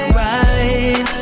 right